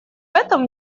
этом